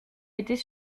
était